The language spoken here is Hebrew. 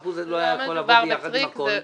ה-12% לא יכלו לבוא ביחד עם הכול?